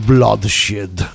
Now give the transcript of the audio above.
Bloodshed